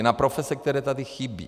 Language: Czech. Na profese, které tady chybí.